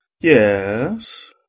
Yes